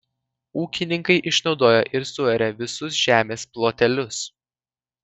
ūkininkai išnaudoja ir suaria visus žemės plotelius